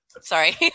Sorry